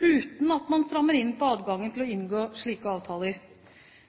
uten at man strammer inn på adgangen til å inngå slike avtaler.